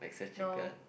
no